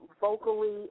Vocally